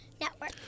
Network